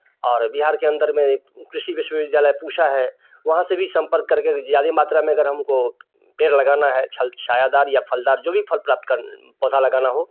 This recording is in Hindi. और बिहार के अंदर में कृषि विश्वविद्यालय पूषा है वहाँ से भी संपर्क कर के ज़्यादा मात्रा में अगर हम को पेड़ लगाना है छायादार या फलदार जो भी फल प्राप्त कर पौधा लगाना हो